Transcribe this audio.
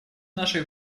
наших